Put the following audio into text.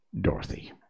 Dorothy